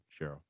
Cheryl